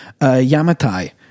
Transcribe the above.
Yamatai